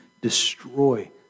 destroy